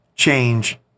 change